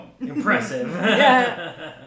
impressive